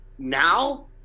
Now